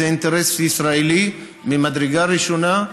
זה אינטרס ישראלי ממדרגה ראשונה,